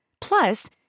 Plus